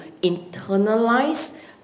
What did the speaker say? internalize